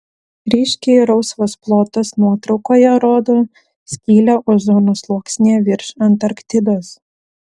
ryškiai rausvas plotas nuotraukoje rodo skylę ozono sluoksnyje virš antarktidos